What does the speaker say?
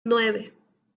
nueve